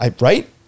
right